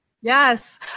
yes